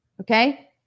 okay